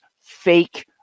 fake